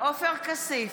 עופר כסיף,